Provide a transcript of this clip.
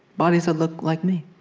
bodies that look like me.